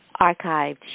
archived